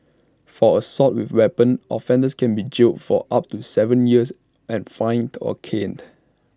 for assault with A weapon offenders can be jailed for up to Seven years and fined or caned